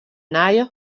nije